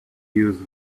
use